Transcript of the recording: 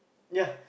ya